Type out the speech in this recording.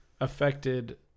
affected